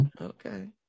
Okay